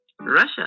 Russia